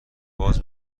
باز